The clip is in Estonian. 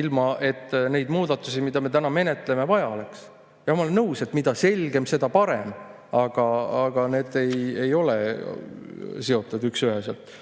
ilma et neid muudatusi, mida me täna menetleme, vaja oleks olnud. Ma olen nõus, et mida selgem, seda parem, aga need ei ole seotud üks-üheselt.